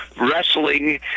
wrestling